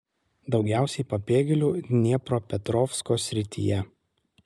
daugiausiai pabėgėlių dniepropetrovsko srityje